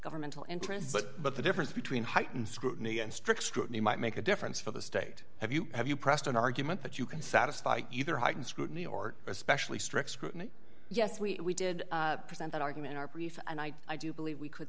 governmental interest but but the difference between heightened scrutiny and strict scrutiny might make a difference for the state have you have you pressed an argument that you can satisfy either heightened scrutiny or especially strict scrutiny yes we did present an argument our brief and i i do believe we could